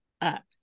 up